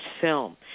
film